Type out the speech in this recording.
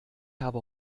habe